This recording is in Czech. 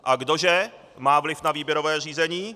A kdo že má vliv na výběrové řízení?